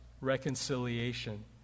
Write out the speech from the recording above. reconciliation